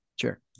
Sure